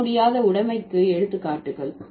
மாற்ற முடியாத உடைமைக்கு எடுத்துக்காட்டுகள்